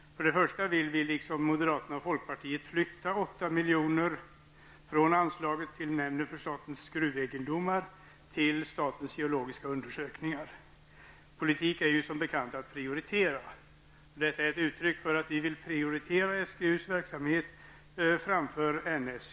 Till att börja med vill vi liksom moderaterna och folkpartiet flytta 8 milj.kr. från anslaget till nämnden för statens gruvegendomar till statens geologiska undersökningar. Politik är som bekant att prioritera, och detta är ett uttryck för att vi vill prioritera SGUs verksamhet framför NSGs.